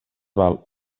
val